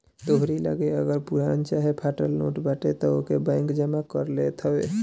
तोहरी लगे अगर पुरान चाहे फाटल नोट बाटे तअ ओके बैंक जमा कर लेत हवे